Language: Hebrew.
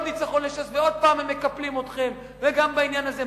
ועוד פעם הם מקפלים אתכם וגם בעניין הזה.